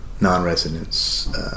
non-residents